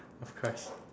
of course